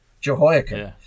Jehoiakim